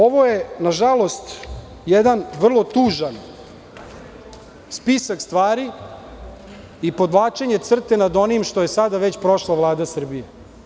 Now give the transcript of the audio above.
Ovo je nažalost jedan vrlo tužan spisak stvari i podvlačenje crte nad onim što je sada već prošla Vlada Srbije.